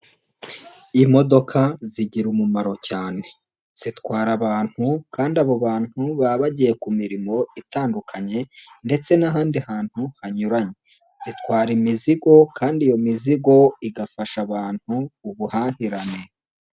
Imodoka zigira umumaro cyane zitwara abantu kandi abo bantu baba bagiye ku mirimo itandukanye, ndetse n'ahandi hantu hanyuranye, zitwara imizigo kandi iyo mizigo igafasha abantu ubuhahirane.